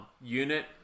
Unit